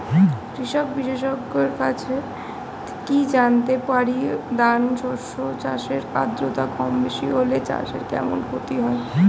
কৃষক বিশেষজ্ঞের কাছে কি জানতে পারি দানা শস্য চাষে আদ্রতা কমবেশি হলে চাষে কেমন ক্ষতি হয়?